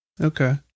Okay